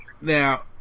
Now